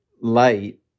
light